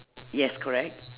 yes correct